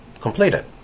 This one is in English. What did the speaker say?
completed